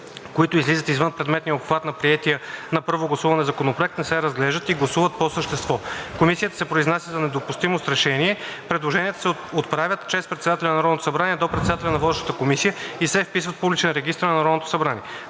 които излизат извън предметния обхват на приетия на първо гласуване законопроект, не се разглеждат и гласуват по същество. Комисията се произнася за недопустимост с решение. Предложенията се отправят чрез председателя на Народното събрание до председателя на водещата комисия и се вписват в публичен регистър на Народното събрание.